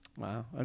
Wow